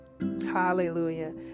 Hallelujah